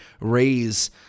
raise